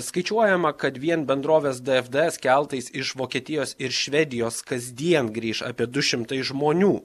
skaičiuojama kad vien bendrovės dfds keltais iš vokietijos ir švedijos kasdien grįš apie du šimtai žmonių